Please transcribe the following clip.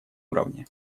уровне